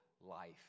life